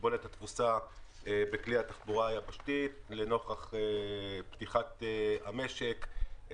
קיבולת התפוסה בכלי התחבורה היבשתית לנוכח פתיחת המשק,